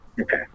Okay